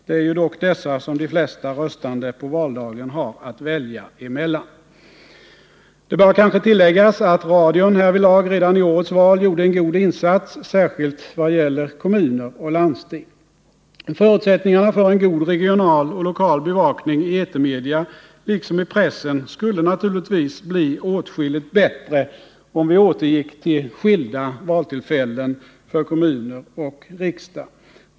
Det är ju dock dessa som de flesta röstande på valdagen har att välja mellan. Det bör kanske tilläggas att radion härvidlag redan i årets val gjorde en god insats, särskilt vad gäller kommuner och landsting. Förutsättningarna för en god regional och lokal bevakning i etermedia, liksom i pressen, skulle naturligtvis bli åtskilligt bättre om vi återgick till skilda valtillfällen för kommuner och riksdag.